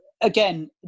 again